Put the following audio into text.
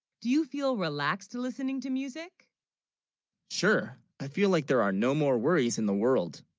do you, feel relaxed listening to music sure i feel, like there are no more worries in the world